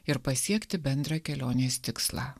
ir pasiekti bendrą kelionės tikslą